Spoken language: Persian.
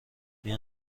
این